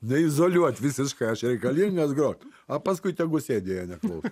neizoliuot visiškai aš reikalingas grot a paskui tegu sėdi jei neklauso